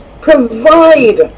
provide